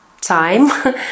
time